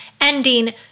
ending